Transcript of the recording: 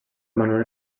manuel